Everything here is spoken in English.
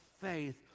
faith